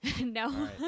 No